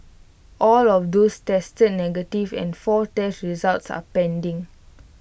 all of those tested negative and four test results are pending